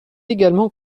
également